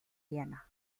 vienna